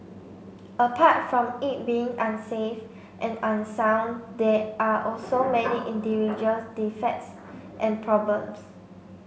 apart from it being unsafe and unsound there are also many individual defects and problems